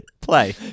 Play